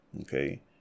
Okay